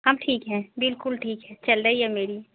हम ठीक हैं बिल्कुल ठीक हैं चल रही है मेरी